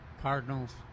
Cardinals